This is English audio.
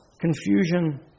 confusion